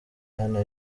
ahana